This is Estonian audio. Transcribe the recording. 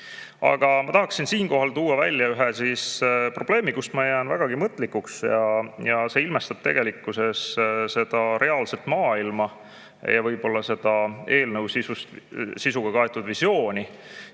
Aga ma tahaksin siinkohal tuua välja ühe probleemi, mille puhul ma jään vägagi mõtlikuks. See ilmestab tegelikkuses reaalset maailma ja võib-olla seda eelnõu sisuga kaetud visiooni.